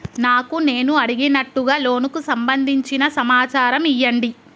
నాకు నేను అడిగినట్టుగా లోనుకు సంబందించిన సమాచారం ఇయ్యండి?